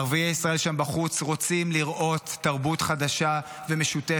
ערביי ישראל שם בחוץ רוצים לראות תרבות חדשה ומשותפת,